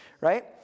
right